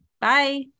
bye